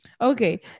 okay